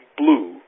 blue